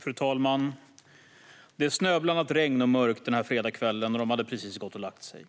Fru talman! Det är snöblandat regn och mörkt denna fredagskväll, och de har precis gått och lagt sig.